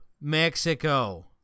Mexico